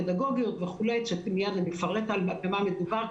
פדגוגיות וכו' ומייד אפרט במה מדובר,